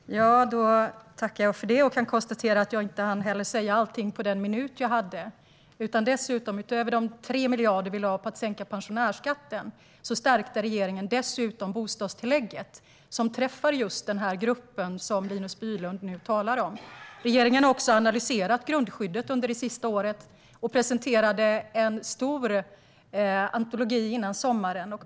Herr talman! Jag tackar för det och kan konstatera att jag inte hann säga allting på den minut jag hade. Utöver de 3 miljarder vi lade på att sänka pensionärsskatten stärkte regeringen dessutom bostadstillägget, som träffar just den grupp som Linus Bylund nu talar om. Regeringen har också analyserat grundskyddet under det senaste året och presenterade en stor antologi före sommaren.